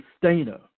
sustainer